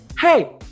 Hey